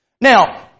Now